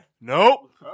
Nope